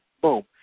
boom